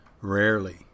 rarely